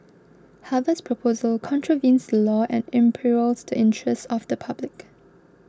Harvard's proposal contravenes the law and imperils the interest of the public